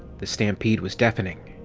the stampede was deafening.